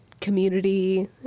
community